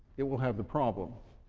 it will have the problem.